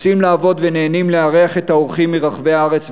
רוצים לעבוד ונהנים לארח את האורחים מרחבי הארץ והעולם.